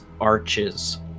arches